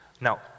Now